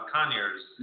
Conyers